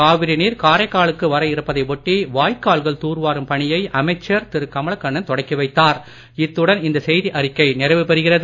காவிரி நீர் காரைக்காலுக்கு வர இருப்பதை ஒட்டி வாய்க்கால்கள் தூர்வாரும் பணியை அமைச்சர் திரு கமலக்கண்ணன் தொடக்கி வைத்தார் இத்துடன் இந்த செய்தி அறிக்கை நிறைவு பெறுகிறது